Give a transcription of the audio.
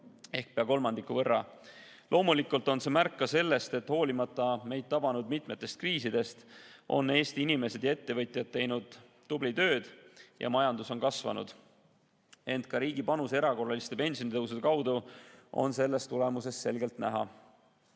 ehk pea kolmandiku võrra. Loomulikult on see märk ka sellest, et hoolimata meid tabanud mitmest kriisist, on Eesti inimesed ja ettevõtjad teinud tubli tööd ja majandus on kasvanud. Ent ka riigi panus erakorraliste pensionitõusude kaudu on selles tulemuses selgelt näha.